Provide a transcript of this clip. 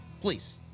please